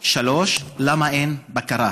3. למה אין בקרה?